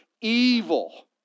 evil